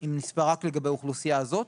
עם מספר רק לגבי האוכלוסייה הזאת.